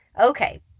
Okay